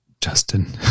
Justin